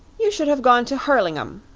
you should have gone to hurlingham,